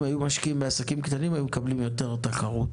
אם היו משקיעים בעסקים קטנים היו מקבלים יותר תחרות,